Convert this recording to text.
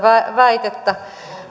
väitettä hän sanoi että